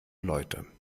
leute